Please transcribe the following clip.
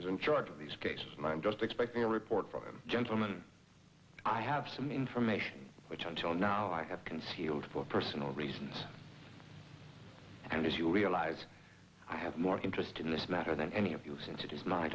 is in charge of these cases and i'm just expecting a report from him gentleman i have some information which until now i have concealed for personal reasons and as you realize i have more interest in this matter than any of you